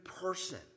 person